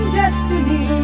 destiny